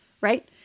Right